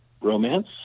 romance